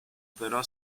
però